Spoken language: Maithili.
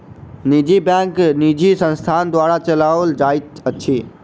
निजी बैंक निजी संस्था द्वारा चलौल जाइत अछि